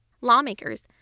Lawmakers